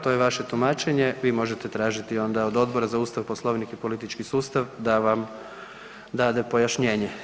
To je vaše tumačenje, vi možete tražiti onda od Odbora za Ustav, Poslovnik i politički sustav da vam dade pojašnjenje.